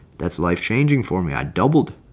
that's life changing for me, i doubled.